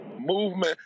movement